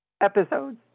episodes